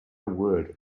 word